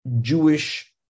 Jewish